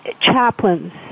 Chaplains